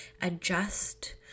adjust